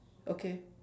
okay